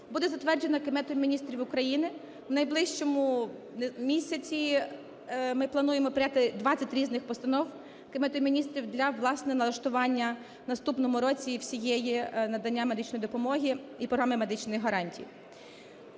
буде затверджено Кабінетом Міністрів України. В найближчому місяці ми плануємо прийняти 20 різних постанов Кабінету Міністрів для, власне, налаштування в наступному році всієї… надання медичної допомоги і програми медичних гарантій.